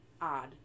odd